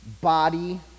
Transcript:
body